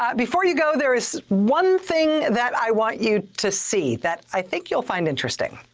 before you go, there is one thing that i want you to see that i think you'll find interesting.